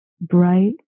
bright